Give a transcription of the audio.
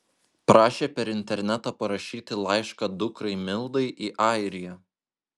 prašė per internetą parašyti laišką dukrai mildai į airiją